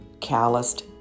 calloused